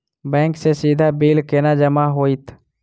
Bank सँ सीधा bill केना जमा होइत?